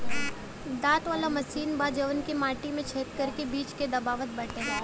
दांत वाला मशीन बा जवन की माटी में छेद करके बीज के दबावत बाटे